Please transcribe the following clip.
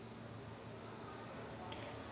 UPI बनवासाठी मले काय करा लागन?